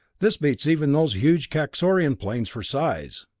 this beats even those huge kaxorian planes for size.